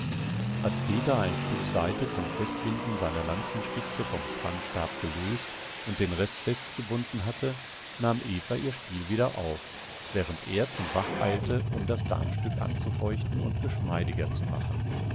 als peter ein stück saite zum festbinden seiner lanzenspitze vom spannstab gelöst und den rest festgebunden hatte nahm eva ihr spiel wieder auf während er zum bach eilte um das darmstück anzufeuchten und geschmeidiger zu machen